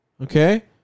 okay